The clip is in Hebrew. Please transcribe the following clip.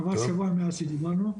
עבר שבוע מאז שדיברנו.